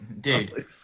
dude